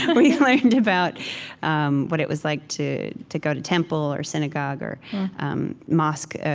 we learned about um what it was like to to go to temple or synagogue or um mosque,